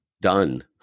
done